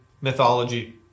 mythology